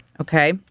Okay